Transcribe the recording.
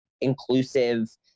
inclusive